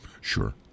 Sure